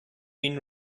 been